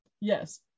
yes